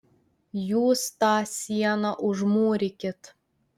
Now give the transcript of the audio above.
jūs tą sieną užmūrykit